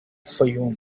fayoum